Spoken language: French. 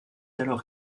alors